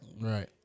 Right